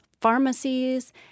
pharmacies